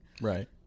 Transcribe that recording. Right